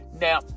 Now